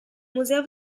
museo